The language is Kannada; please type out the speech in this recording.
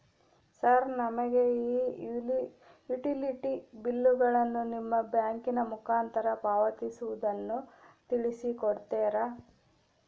ಸರ್ ನಮಗೆ ಈ ಯುಟಿಲಿಟಿ ಬಿಲ್ಲುಗಳನ್ನು ನಿಮ್ಮ ಬ್ಯಾಂಕಿನ ಮುಖಾಂತರ ಪಾವತಿಸುವುದನ್ನು ತಿಳಿಸಿ ಕೊಡ್ತೇರಾ?